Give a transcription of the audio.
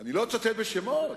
אני לא אצטט בשמות,